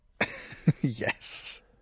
Yes